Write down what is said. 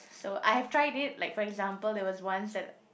so I have tried it like for example there was once when